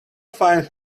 finds